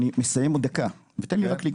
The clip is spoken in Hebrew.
אני מסיים עוד דקה, תן לי רק לגמור.